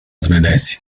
svedesi